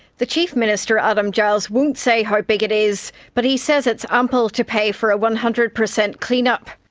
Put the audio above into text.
the chief minister adam giles won't say how big it is, but he says it's ample to pay for a one hundred percent clean up.